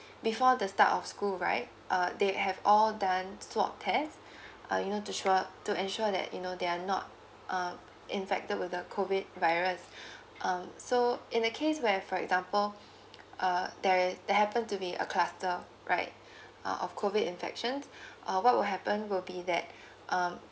before the start of school right uh they have all done swab test uh you know to sure to ensure that you know they are not uh infected with the COVID virus um so in the case we have for example uh there is there happen to be a cluster right uh of COVID infections uh what will happen will be that um